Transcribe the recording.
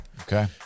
Okay